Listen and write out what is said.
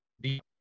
deep